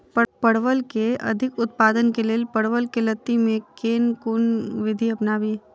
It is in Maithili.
परवल केँ अधिक उत्पादन केँ लेल परवल केँ लती मे केँ कुन विधि अपनाबी?